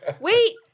Wait